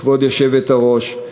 כבוד היושבת-ראש,